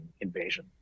invasion